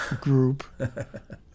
group